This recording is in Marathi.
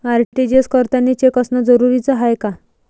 आर.टी.जी.एस करतांनी चेक असनं जरुरीच हाय का?